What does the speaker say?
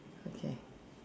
okay